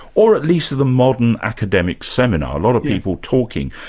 or at least the modern academic seminar, a lot of people talking.